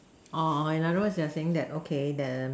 in other words you are saying that okay the